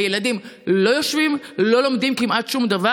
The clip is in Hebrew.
הילדים לא יושבים ולא לומדים כמעט שום דבר.